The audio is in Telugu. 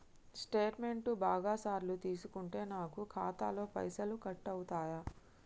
స్టేట్మెంటు బాగా సార్లు తీసుకుంటే నాకు ఖాతాలో పైసలు కట్ అవుతయా?